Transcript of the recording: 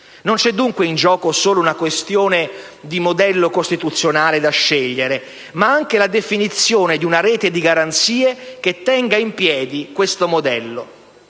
Non c'è dunque in gioco solo una questione di modello costituzionale da scegliere, ma anche la definizione di una rete di garanzie che tenga in piedi questo modello.